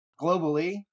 globally